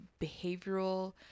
behavioral